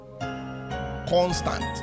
Constant